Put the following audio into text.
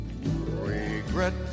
Regret